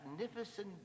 magnificent